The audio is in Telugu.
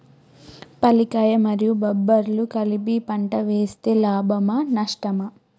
పల్లికాయలు మరియు బబ్బర్లు కలిపి పంట వేస్తే లాభమా? నష్టమా?